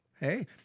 Hey